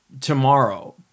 tomorrow